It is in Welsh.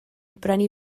brynu